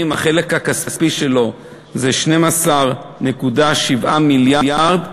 החלק הכספי שלו הוא 12.7 מיליארד,